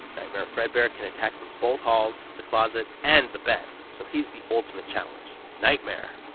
nightmare fredbear can attack from both halls, the closet, and the bed, so he's the ultimate challenge. nightmare.